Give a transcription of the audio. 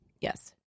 Yes